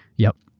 yup.